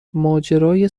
ماجرای